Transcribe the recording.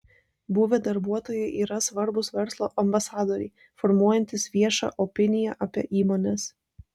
buvę darbuotojai yra svarbūs verslo ambasadoriai formuojantys viešą opiniją apie įmones